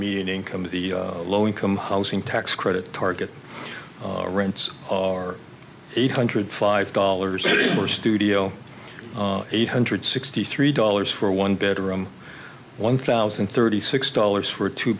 median income in the low income housing tax credit target rents are eight hundred five dollars more studio eight hundred sixty three dollars for a one bedroom one thousand and thirty six dollars for a two